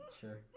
Sure